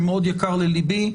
שמאוד יקר ללבי.